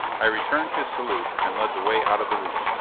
i returned his salute, and led the way out of the room,